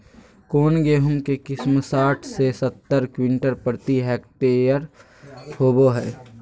कौन गेंहू के किस्म साठ से सत्तर क्विंटल प्रति हेक्टेयर होबो हाय?